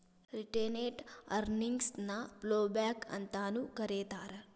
retained earnings ನ ploughback ಅಂತಾನೂ ಕರೇತಾರ